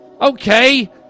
Okay